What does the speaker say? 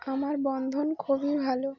আমার বন্ধন খুবই ভালো